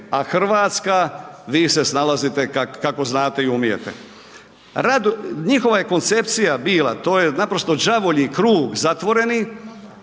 a Hrvatska vi se snalazite kako znate i umijete. Njihova je koncepcija bila, to je naprosto đavolji krug zatvoreni,